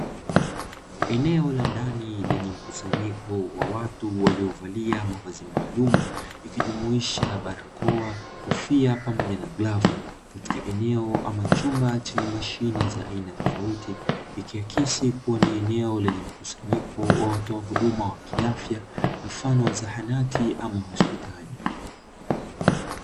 Eneo la ndani lenye mkusanyiko wa watu waliovalia mavazi maalumu, ikijumiisha barakoa, kofia pamoja na glavu. Katika eneo ama chumba chenye mashine za aina tofauti ikiakisi kuwa ni eneo lenye mkusanyiko wa watoa huduma wa kiafya, mfano wa zahanati ama hospital.